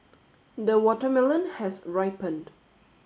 the watermelon has ripened